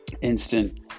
instant